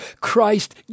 Christ